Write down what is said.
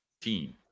team